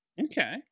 Okay